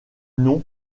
nom